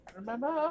Remember